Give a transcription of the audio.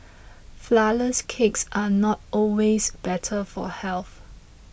Flourless Cakes are not always better for health